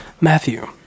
Matthew